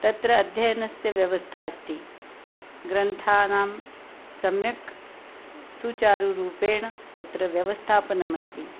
तत्र अध्ययनस्य व्यवस्था अस्ति ग्रन्थानां सम्यक् सूचारुरूपेण तत्र व्यवस्थापनमस्ति